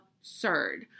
absurd